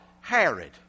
Herod